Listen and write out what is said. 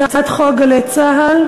הצעת חוק גלי צה"ל,